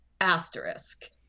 asterisk